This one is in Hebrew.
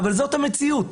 זאת המציאות.